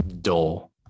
dull